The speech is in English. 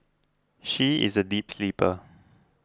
she is a deep sleeper